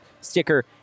sticker